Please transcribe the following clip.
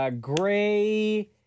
gray